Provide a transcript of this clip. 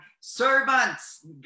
servants